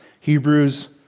Hebrews